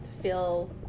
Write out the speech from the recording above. feel